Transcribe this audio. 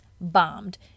bombed